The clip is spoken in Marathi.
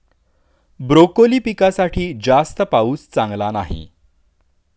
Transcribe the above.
ब्रोकोली पिकासाठी जास्त पाऊस चांगला नाही